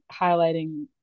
highlighting